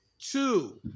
Two